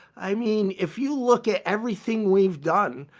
i mean, if you look at everything we've done,